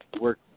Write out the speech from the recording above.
work